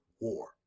war